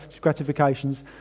gratifications